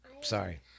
sorry